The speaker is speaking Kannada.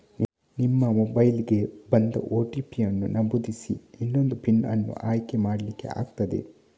ನಿಮ್ಮ ಮೊಬೈಲಿಗೆ ಬಂದ ಓ.ಟಿ.ಪಿ ಅನ್ನು ನಮೂದಿಸಿ ಇನ್ನೊಂದು ಪಿನ್ ಅನ್ನು ಆಯ್ಕೆ ಮಾಡ್ಲಿಕ್ಕೆ ಆಗ್ತದೆ